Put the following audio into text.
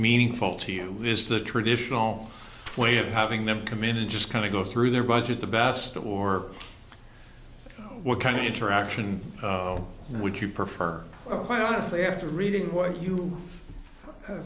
meaningful to you is the traditional way of having them come in and just kind of go through their budget the best the war what kind of interaction would you prefer quite honestly after reading what you